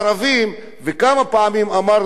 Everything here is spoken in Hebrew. וכמה פעמים אמרנו את זה פה,